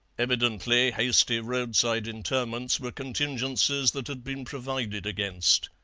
evidently hasty roadside interments were contingencies that had been provided against.